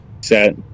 set